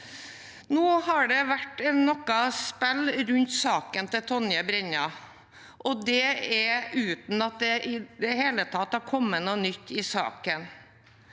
Nå har det vært noe spill rundt saken til Tonje Brenna, og det uten at det i det hele tatt har kommet noe nytt i saken.